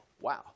wow